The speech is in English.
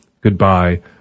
Goodbye